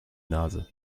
nase